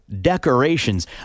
decorations